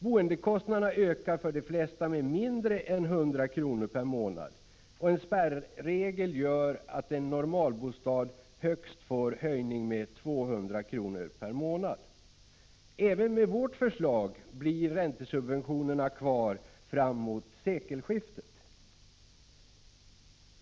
Boendekostnaden ökar för de flesta med mindre än 100 kr. per månad, och en spärregel gör att en normalbostad högst får en höjning med 200 kr. per månad. Även med vårt förslag blir räntesubventionerna kvar fram emot sekelskiftet.